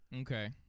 Okay